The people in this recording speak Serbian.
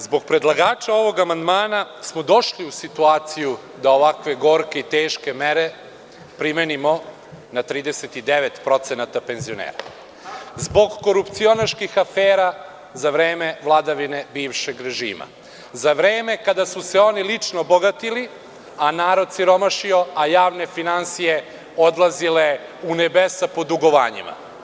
Zbog predlagača ovog amandmana smo došli u situaciju da ovakve gorke i teške mere primenimo na 39% penzionera, zbog korupcionaških afera za vreme vladavine bivšeg režima, za vreme kada su se oni lično bogatili, a narod siromašio, a javne finansije odlazile u nebesa po dugovanjima.